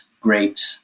great